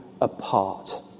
apart